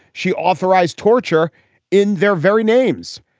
she authorized torture in their very names.